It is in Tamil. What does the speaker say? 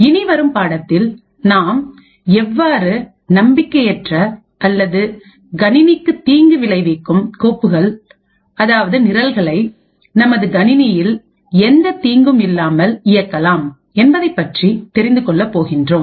இனி வரும்பாடத்தில் நாம் எவ்வாறு நம்பிக்கையற்ற அல்லது கணினிக்கு தீங்கு விளைவிக்கும் கோப்புகள் அதாவது நிரல்களை நமது கணினியில் எந்தவித தீங்கும் இல்லாமல் இயக்கலாம் என்பதைப்பற்றி தெரிந்து கொள்ளப் போகின்றோம்